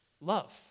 love